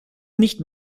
nicht